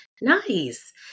Nice